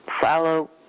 follow